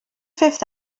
fifth